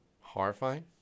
Horrifying